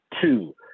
two